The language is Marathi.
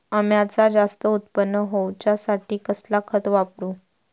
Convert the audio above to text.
अम्याचा जास्त उत्पन्न होवचासाठी कसला खत वापरू?